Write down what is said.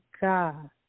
God